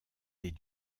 des